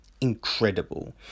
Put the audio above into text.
incredible